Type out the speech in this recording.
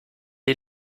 est